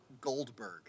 Goldberg